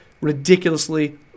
ridiculously